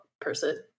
person